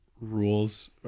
rules